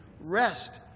rest